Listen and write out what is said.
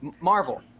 Marvel